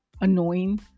annoying